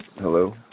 Hello